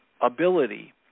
ability